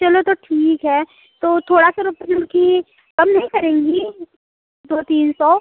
चलो तो ठीक है तो थोड़ा सा कि कम नही करेंगी दो तीन सौ